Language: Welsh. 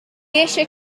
eisiau